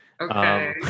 Okay